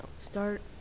start